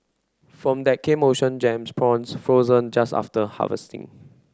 from that came Ocean Gems prawns frozen just after harvesting